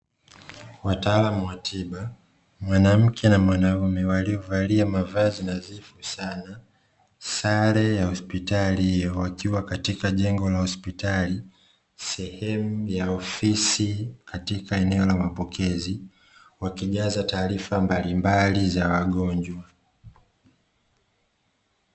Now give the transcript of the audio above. Wataalamu wa tiba, mwanamke na mwanaume waliovalia mavazi nadhifu sana sare ya hospitali, wakiwa katika jengo la hospitali sehemu ya ofisi katika eneo la mapokezi, wakijaza taarifa mbalimbali za wagonjwa.